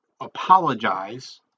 apologize